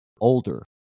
older